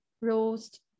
roast